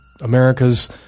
America's